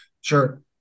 sure